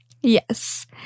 Yes